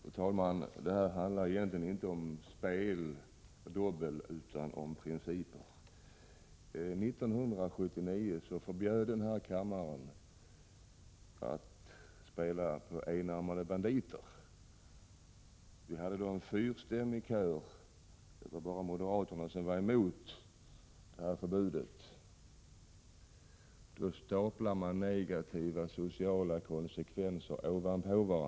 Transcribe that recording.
Fru talman! Den här frågan handlar egentligen inte om spel och dobbel utan om principer. 1979 förbjöd riksdagen så gott som enhälligt spel på enarmade banditer. Det var bara moderaterna som var emot förbudet. En fyrstämmig kör radade upp negativa sociala konsekvenser av spelet.